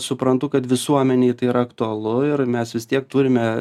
suprantu kad visuomenei tai yra aktualu ir mes vis tiek turime